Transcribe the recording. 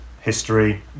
history